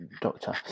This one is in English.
doctor